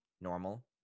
normal